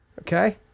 okay